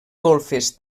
golfes